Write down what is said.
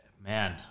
Man